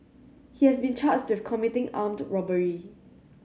he has been charged with committing armed robbery